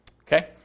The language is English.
Okay